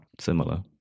similar